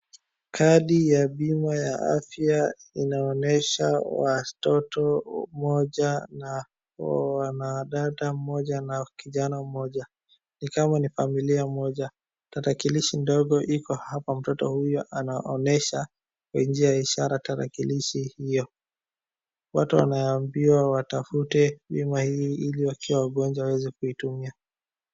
Kadi ya bima ya afya inaonesha watoto moja na wanadada moja na kijana mmoja, ni kama ni familia moja. Tarakilishi ndogo iko hapa, mtoto huyo anaonesha kwa njia ya ishara tarakilishi hiyo, watu wanaambiwa watafute bima hii ili wakiwa wagonjwa waweze kuitumia.